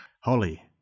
Holly